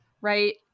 right